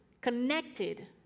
connected